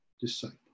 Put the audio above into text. disciple